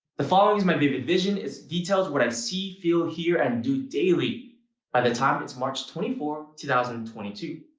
the following is my vivid vision. it details what i see, feel, hear, and do daily by the time it's march twenty four two thousand and twenty two.